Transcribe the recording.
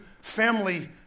family